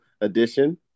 edition